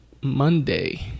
Monday